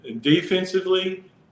Defensively